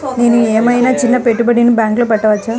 నేను ఏమయినా చిన్న పెట్టుబడిని బ్యాంక్లో పెట్టచ్చా?